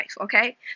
okay